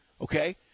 Okay